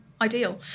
ideal